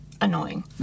annoying